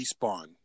respawn